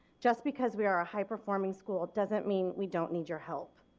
just because we are ah high performance school doesn't mean we don't need your help.